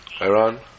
Iran